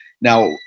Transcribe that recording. Now